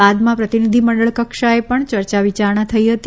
બાદમાં પ્રતિભિધિમંડળ કક્ષાએ પણ યર્યા વિચારણા થઇ હતી